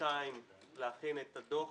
כחודשיים להכין את הדוח.